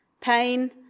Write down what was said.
Pain